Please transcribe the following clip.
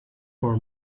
for